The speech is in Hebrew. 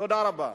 תודה רבה.